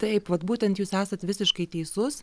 taip vat būtent jūs esat visiškai teisus